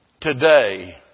today